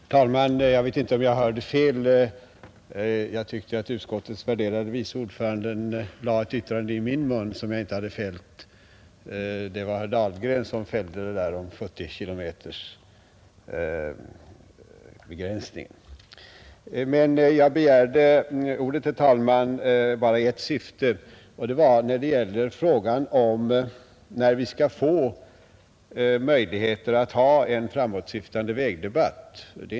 Herr talman! Jag vet inte om jag hörde fel, men jag tyckte att utskottets värderade vice ordförande lade ett yttrande i min mun som jag inte har fällt. Det var herr Dahlgren som sade det där om 70-kilometersbegränsningen. Jag har emellertid begärt ordet nu i ett bestämt syfte, nämligen för att säga något om möjligheterna för att vi skall få en framåtsyftande vägdebatt.